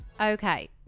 Okay